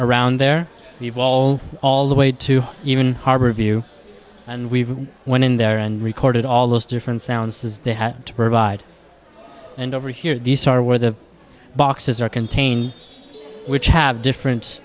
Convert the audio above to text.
around there we've all all the way to even harbor view and we went in there and recorded all those different sounds does they have to provide and over here these are where the boxes are contain which have different